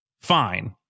fine